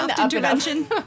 intervention